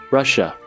Russia